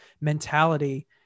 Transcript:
mentality